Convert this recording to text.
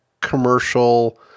commercial